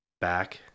back